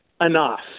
enough